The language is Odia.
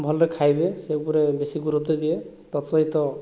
ଭଲରେ ଖାଇବେ ସେ ଉପରେ ବେଶୀ ଗୁରୁତ୍ଵ ଦିଏ ତତ୍ ସହିତ